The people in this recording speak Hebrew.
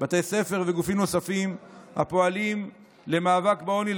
בתי ספר וגופים נוספים הפועלים למאבק בעוני,